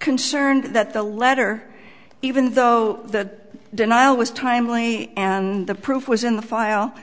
concerned that the letter even though the denial was timely and the proof was in the file